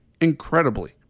Incredibly